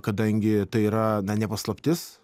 kadangi tai yra na ne paslaptis